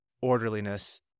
orderliness